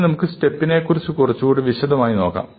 ഇനി നമുക്ക് സ്റ്റെപ്പിനെക്കുറിച്ച കുറച്ചുകൂടി വിശദമായി നോക്കാം